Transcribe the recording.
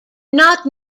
not